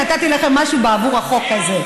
נתתי לכם משהו בעבור החוק הזה.